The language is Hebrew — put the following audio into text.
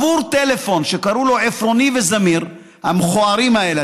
עבור טלפון שקראו לו "עפרוני" ו"זמיר" המכוערים האלה,